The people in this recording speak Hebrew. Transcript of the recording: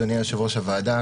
אדוני יושב-ראש הוועדה,